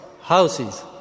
houses